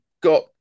got